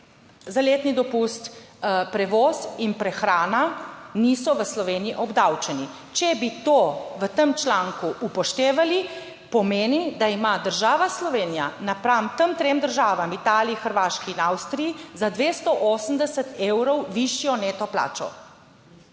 za letni dopust, prevoz in prehrana niso v Sloveniji obdavčeni. Če bi to v tem članku upoštevali, pomeni, da ima država Slovenija napram tem trem državam v Italiji, Hrvaški in Avstriji za 280 evrov višjo neto plačo.